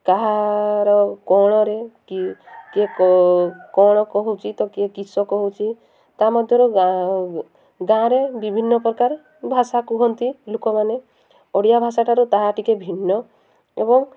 କାହାର କ'ଣରେ କି କିଏ କ'ଣ କହୁଛି ତ କିଏ କିଶ କହୁଛି ତା ମଧ୍ୟରୁ ଗାଁରେ ବିଭିନ୍ନ ପ୍ରକାର ଭାଷା କୁହନ୍ତି ଲୋକମାନେ ଓଡ଼ିଆ ଭାଷାଠାରୁ ତାହା ଟିକେ ଭିନ୍ନ ଏବଂ